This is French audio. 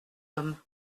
homme